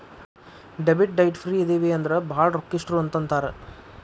debit ಡೈಟ್ ಫ್ರೇ ಇದಿವಿ ಅಂದ್ರ ಭಾಳ್ ರೊಕ್ಕಿಷ್ಟ್ರು ಅಂತ್ ಅಂತಾರ